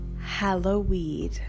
Halloween